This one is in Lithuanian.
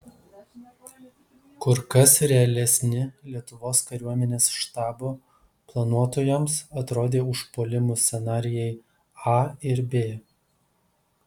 kur kas realesni lietuvos kariuomenės štabo planuotojams atrodė užpuolimų scenarijai a ir b